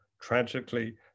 Tragically